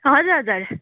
हजुर हजुर